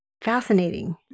fascinating